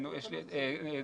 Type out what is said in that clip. נו,